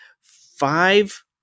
five